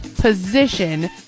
position